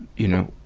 you know,